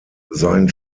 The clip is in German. sein